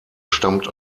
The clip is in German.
stammt